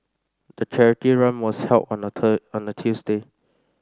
the charity run was held on a on a Tuesday